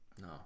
No